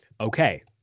Okay